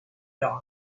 dawn